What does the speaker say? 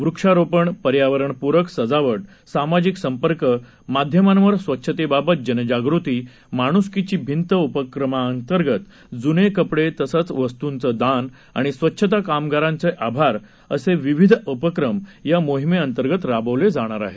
वृक्षारोपण पर्यावरणपूरक सजावट सामाजिक संपर्क माध्यमावर स्वच्छतेबाबत जनजागृती माणुसकीची भिंत उपक्रमांतर्गत जुने कपडे तसंच वस्तूंचं दान आणि स्वच्छता कामगारांचे आभार असे विविध उपक्रम या मोहिमेअंतर्गत राबवले जाणार आहेत